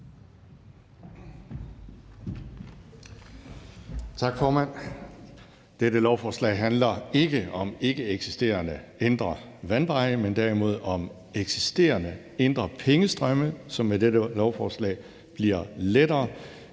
Tak, formand. Dette lovforslag handler ikke om ikkeeksisterende indre vandveje, men derimod om eksisterende indre pengestrømme, som det med dette lovforslag bliver lettere